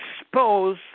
expose